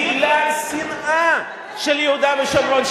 בגלל שנאה של יהודה ושומרון,